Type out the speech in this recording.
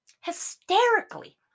Hysterically